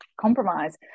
compromise